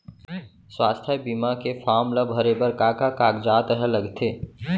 स्वास्थ्य बीमा के फॉर्म ल भरे बर का का कागजात ह लगथे?